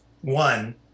One